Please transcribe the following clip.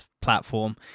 platform